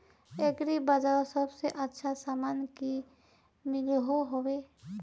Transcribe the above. Agri बजारोत सबसे अच्छा सामान की मिलोहो होबे?